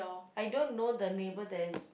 I don't know the neighbour that's